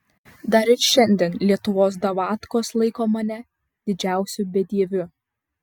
dar ir šiandien lietuvos davatkos laiko mane didžiausiu bedieviu